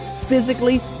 physically